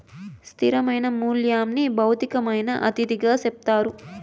స్థిరమైన మూల్యంని భౌతికమైన అతిథిగా చెప్తారు